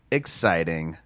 exciting